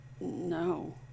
no